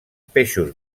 peixos